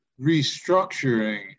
restructuring